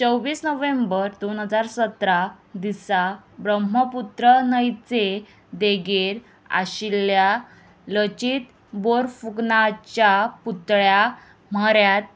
चोवीस नोव्हेंबर दोन हजार सतरा दिसा ब्रह्मपुत्र न्हंयचे देगेर आशिल्ल्या लचित बोरफुगनाच्या पुतळ्या म्हऱ्यांत